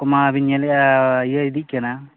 ᱠᱚᱢᱟ ᱵᱮᱱ ᱧᱮᱞᱮᱜᱼᱟ ᱤᱭᱟᱹ ᱤᱫᱤᱜ ᱠᱟᱱᱟ